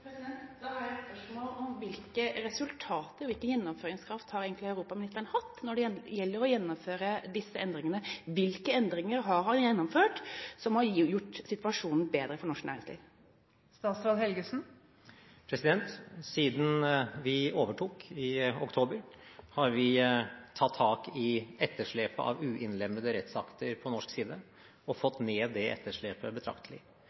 Da har jeg et spørsmål om hvilke resultater, hvilken gjennomføringskraft, europaministeren egentlig har fått når det gjelder å gjennomføre disse endringene? Hvilke endringer har han gjennomført som har gjort situasjonen bedre for norsk næringsliv? Siden vi overtok i oktober, har vi tatt tak i etterslepet av uinnlemmede rettsakter på norsk side og fått ned det etterslepet betraktelig.